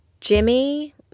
Jimmy